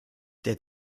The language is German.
der